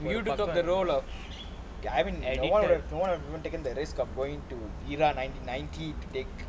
you took up the role of I mean no one would've taken the risk of going to era ninety ninety to take